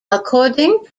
according